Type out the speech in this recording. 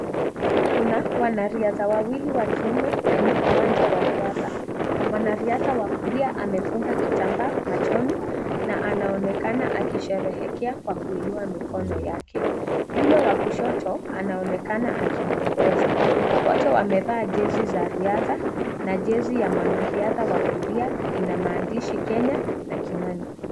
Kuna wanariadha wawili wa kiume kwenye uwanja wa riadha. Mwanariadha wa kulia amefunga kitambaa machoni na anaonekana akisherehekea kwa kuinua mikono yake. Yule wa kushoto anaonekana akimwongoza. Wote wamevaa jezi za riadha na jezi ya mwanariadha wa kulia ina maandishi Kenya na Kimani.